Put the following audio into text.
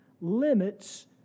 limits